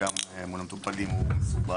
וגם מול המטופלים הוא מסורבל,